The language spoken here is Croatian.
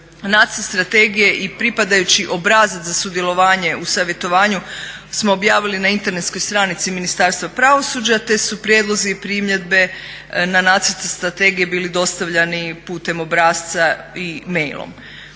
nacrt strategije i pripadajući obrazac za sudjelovanje u savjetovanju smo objavili na internetskoj stranici Ministarstva pravosuđa te su prijedlozi i primjedbe na nacrt strategije bili dostavljani putem obrasca i mailom.